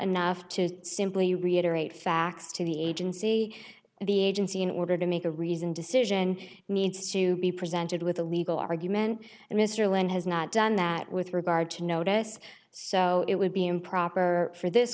enough to simply reiterate facts to the agency and the agency in order to make a reasoned decision needs to be presented with a legal argument and mr lynn has not done that with regard to notice so it would be improper for this